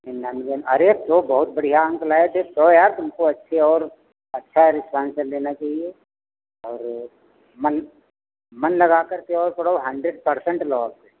निन्यानबे अरे तो बहुत बढ़िया अंक लाए थे तो यार तुमको अच्छे और अच्छा इसका आंसर देना चाहिए और मन मन लगा कर के थोड़ा और हंडरेड पर्सेंट लाओ